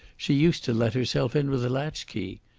she used to let herself in with a latchkey.